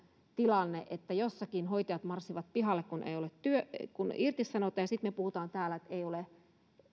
tilanne että jossakin hoitajat marssivat pihalle kun heidät irtisanotaan ja sitten me puhumme täällä että